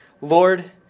Lord